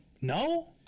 no